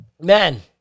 man